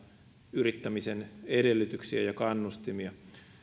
yrittämisen edellytyksiä ja kannustimia